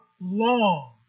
long